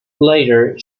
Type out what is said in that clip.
later